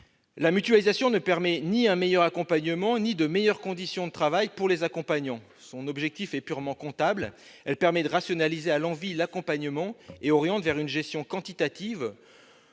La mutualisation ne permet ni un meilleur accompagnement ni de meilleures conditions de travail pour les accompagnants. Son objectif est purement comptable : elle permet de rationaliser à l'envi l'accompagnement et de donner à sa gestion une